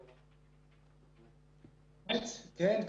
כן.